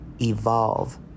evolve